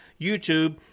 YouTube